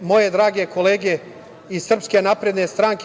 moje drage kolege iz SNS,